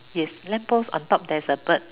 yes lamp post on top there's a bird